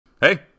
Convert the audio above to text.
Hey